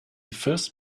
first